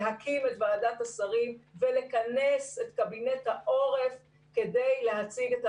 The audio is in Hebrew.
להקים את ועדת השרים ולכנס את קבינט העורף כדי להציג את